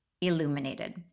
illuminated